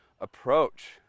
approach